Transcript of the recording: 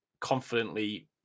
confidently